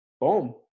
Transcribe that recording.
boom